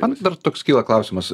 man dar toks kyla klausimas